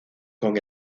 con